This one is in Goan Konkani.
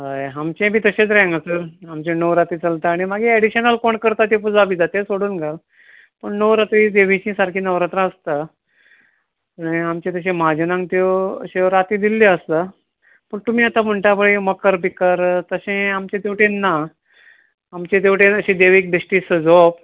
हय आमचे बीन तशेंच रे हांगासर आमचे णव राती चलता आनी मागीर एडीशनल कोण करता ते पुजा बीजा तें सोडून घाल पूण णव रात्री देवची सारकी नवरात्रां आसता कळें आमचे तशें म्हाजनांक त्यो अश्यो राती दिल्ल्यो आसता पूण तुमी आतां म्हणटा पळय मकर बीकर तशें आमचे तेवटेन ना आमचे तेवटेन अशें देवीक बेश्टें सजोवप